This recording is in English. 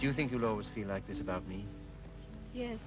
you think you'll always be like this about me